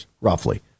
roughly